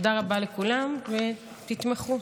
תודה רבה לכולם, ותתמכו.